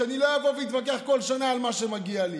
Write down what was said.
שאני לא אבוא ואתווכח כל שנה על מה שמגיע לי.